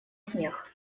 снег